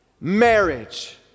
Marriage